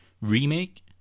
remake